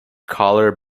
collar